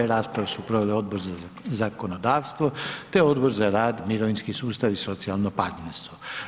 Raspravu su proveli Odbor za zakonodavstvo, te Odbor za rad, mirovinski sustav i socijalno partnerstvo.